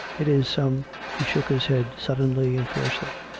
it is some he shook his head suddenly and fiercely.